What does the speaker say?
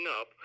up